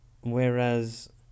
Whereas